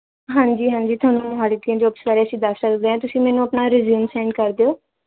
ਹਾਂਜੀ ਹਾਂਜੀ ਤੁਹਾਨੂੰ ਮੋਹਾਲੀ ਦੀਆਂ ਜੋਬਸ ਬਾਰੇ ਅਸੀਂ ਦੱਸ ਸਕਦੇ ਹਾਂ ਤੁਸੀਂ ਮੈਨੂੰ ਆਪਣਾ ਰਿਜ਼ਿਊਮ ਸੈਂਂਡ ਕਰਦੋ